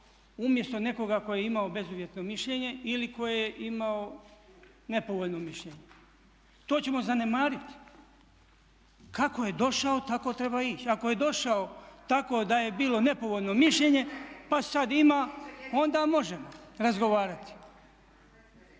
umjesto nekoga tko je imao bezuvjetno mišljenje ili koji je imao nepovoljno mišljenje? To ćemo zanemariti. Kako je došao tako treba ići. Ako je došao tako da je bilo nepovoljno mišljenje pa sad ima onda možemo razgovarati.